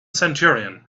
centurion